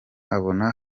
abona